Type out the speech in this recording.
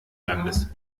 landes